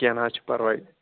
کیٚنٛہہ نا حظ چھُ پَرواے